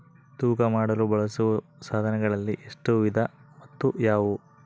ತೂಕ ಮಾಡಲು ಬಳಸುವ ಸಾಧನಗಳಲ್ಲಿ ಎಷ್ಟು ವಿಧ ಮತ್ತು ಯಾವುವು?